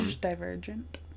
Divergent